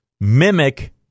mimic